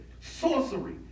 sorcery